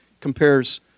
Compares